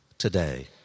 today